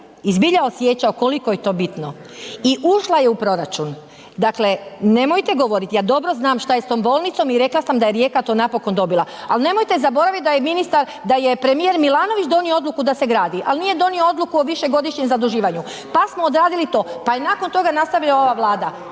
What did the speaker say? zbilja osjećao koliko je to bitno i ušla je u proračun. Dakle, nemojte govoriti ja dobro znam šta je s tom bolnicom i rekla sam da je Rijeka to napokon dobila, ali nemojte zaboraviti da je ministar, da je premijer Milanović donio odluku donio da se gradi, ali nije donio odluku o višegodišnjem zaduživanju, pa smo odradili to, pa je nakon toga nastavila ova Vlada.